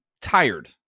tired